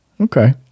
Okay